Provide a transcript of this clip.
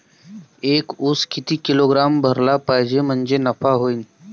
एक उस किती किलोग्रॅम भरला पाहिजे म्हणजे नफा होईन?